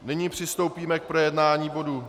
Nyní přistoupíme k projednání bodu